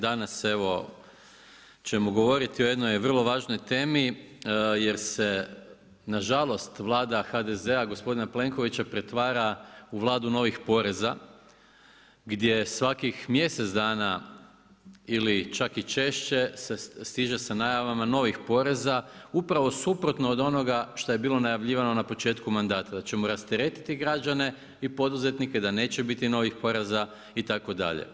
Danas evo ćemo govoriti o jednoj vrlo važnoj temi jer se nažalost Vlada HDZ-a gospodina Plenkovića pretvara u Vladu novih poreza, gdje svakih mjesec dana ili čak i češće stiže sa najavama novih poreza upravo suprotno od onoga što je bilo najavljivano na početku mandata, da ćemo rasteretiti građane i poduzetnike, da neće biti novih poreza itd.